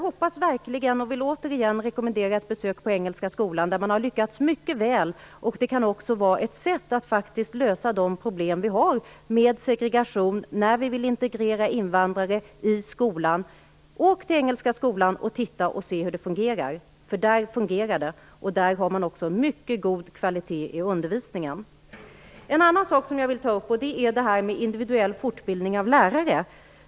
Jag vill återigen rekommendera ett besök på Engelska Skolan, där man har lyckats mycket väl. Detta kan visa på ett sätt att lösa de problem vi har med segregation, ett sätt att gå till väga för att integrera invandrare i skolan. Åk till Engelska Skolan och titta och se hur det fungerar! Där fungerar det nämligen, och där har man också en mycket god kvalitet i undervisningen. En annan sak jag vill ta upp är den individuella fortbildningen av lärare.